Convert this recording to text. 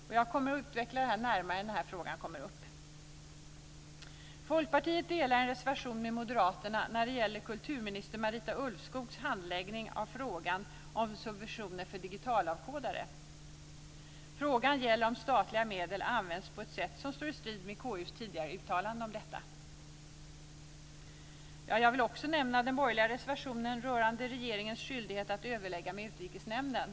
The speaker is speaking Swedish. Jag kommer att utveckla det närmare när den frågan kommer upp. Folkpartiet delar en reservation med moderaterna när det gäller kulturminister Marita Ulvskogs handläggning av frågan om subventioner för digitalavkodare. Frågan gäller om statliga medel används på ett sätt som står i strid med KU:s tidigare uttalande om detta. Jag vill också nämna den borgerliga reservationen rörande regeringens skyldighet att överlägga med Utrikesnämnden.